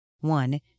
one